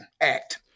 act